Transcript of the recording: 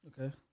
Okay